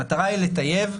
המטרה היא לטייב.